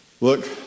look